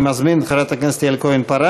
אני מזמין את חברת הכנסת יעל כהן-פארן,